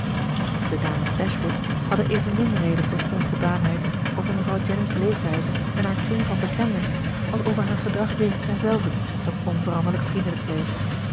de dames dashwood hadden evenmin reden tot onvoldaanheid over mevrouw jennings leefwijze en haar kring van bekenden als over haar gedrag jegens henzelven dat onveranderlijk vriendelijk bleef